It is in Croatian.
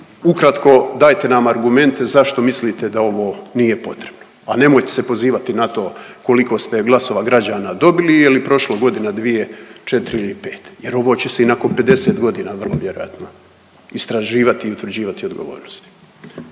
Ukratko dajte nam argumente zašto mislite da ovo nije potrebno. A nemojte se pozivati na to koliko ste glasova građana dobili je li prošlo godina, dvije, četiri ili pet. Jer ovo će se i nakon 50 godina vrlo vjerojatno istraživati i utvrđivati odgovornost.